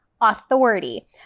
authority